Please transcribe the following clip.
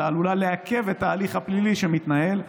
אלא היא עלולה לעכב את ההליך הפלילי שמתנהל,